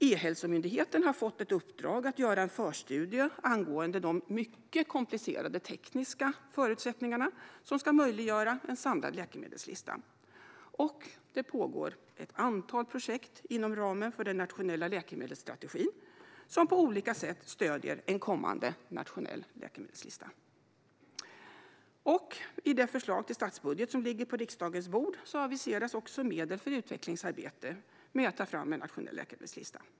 E-hälsomyndigheten har fått ett uppdrag att göra en förstudie angående de mycket komplicerade tekniska förutsättningarna som ska möjliggöra en samlad läkemedelslista, och det pågår ett antal projekt inom ramen för den nationella läkemedelsstrategin som på olika sätt stöder en kommande nationell läkemedelslista. I det förslag till statsbudget som ligger på riksdagens bord aviseras också medel för utvecklingsarbete med att ta fram en nationell läkemedelslista.